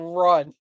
run